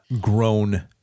grown